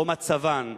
או מצבן,